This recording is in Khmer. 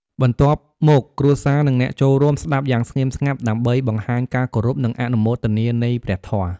បន្ទាប់មក គ្រួសារ និងអ្នកចូលរួមស្តាប់យ៉ាងស្ងៀមស្ងាត់ ដើម្បីបង្ហាញការគោរពនិងអនុមោទនានៃព្រះធម៌។